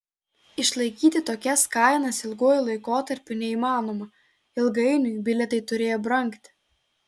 išlaikyti tokias kainas ilguoju laikotarpiu neįmanoma ilgainiui bilietai turėjo brangti